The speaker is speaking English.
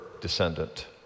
descendant